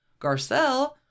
Garcelle